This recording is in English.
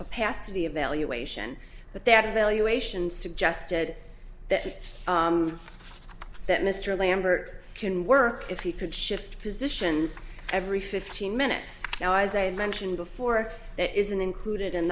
capacity evaluation but that evaluation suggested that that mr lambert can work if he could shift positions every fifteen minutes now as a mentioned before that isn't included in